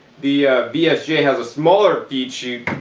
the vsj has a smaller feed chute.